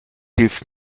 hilft